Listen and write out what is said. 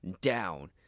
down